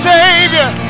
Savior